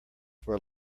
were